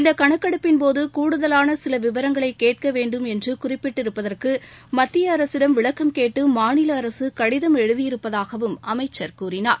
இந்த கணக்கெடுப்பின் போது கூடுதலான சில விவரங்களை கேட்க வேண்டும் என்று குறிப்பிட்டிருப்பதற்கு மத்திய அரசிடம் விளக்கம் கேட்டு மாநில அரசு கடிதம் எழுதியிருப்பதாகவும் அமைச்சர் கூறினார்